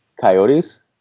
Coyotes